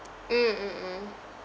mm mm mm